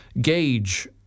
gauge